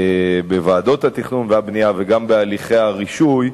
בוועדות התכנון והבנייה וגם בהליכי הרישוי,